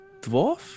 dwarf